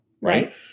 Right